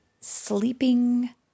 sleeping